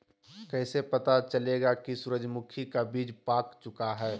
कैसे पता चलेगा की सूरजमुखी का बिज पाक चूका है?